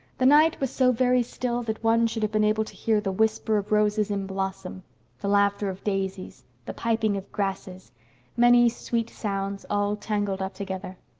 the night was so very still that one should have been able to hear the whisper of roses in blossom the laughter of daisies the piping of grasses many sweet sounds, all tangled up together.